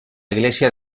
iglesia